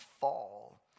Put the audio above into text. fall